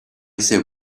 say